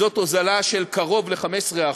זאת הוזלה של קרוב ל-15%.